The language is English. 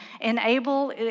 enable